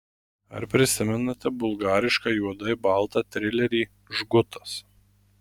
ar prisimenate bulgarišką juodai baltą trilerį žgutas